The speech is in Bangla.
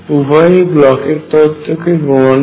উভয়ই ব্লকের তত্ত্বBlochs theorem কে প্রমান করে